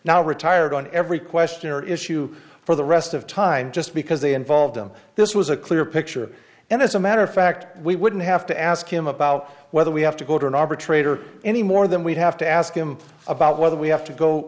now retired on every question or issue for the rest of time just because they involve them this was a clear picture and as a matter of fact we wouldn't have to ask him about whether we have to go to an arbitrator any more than we'd have to ask him about whether we have to go